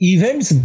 Events